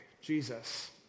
Jesus